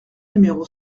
numéro